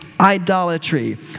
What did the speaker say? idolatry